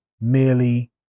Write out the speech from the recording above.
merely